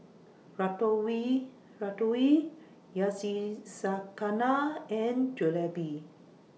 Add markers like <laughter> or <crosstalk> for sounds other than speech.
Ratatouille Ratatouille <unintelligible> and Jalebi